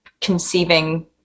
conceiving